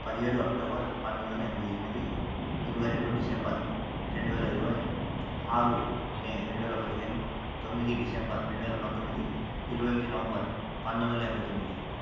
పదిహేడు అక్టోబర్ పంతొమ్మిది వందల ఎనభై ఎనిమిది ఇరవై రెండు డిసెంబర్ రెండు వేల ఇరవై ఆరు మే రెండు వేల పదిహేను తొమ్మిది డిసెంబర్ రెండు వేల పంతొమ్మిది ఇరవై ఒకటి నవంబర్ పంతొమ్మిదొందల ఎనభై తొమ్మిది